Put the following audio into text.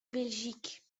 belgique